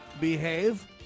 behave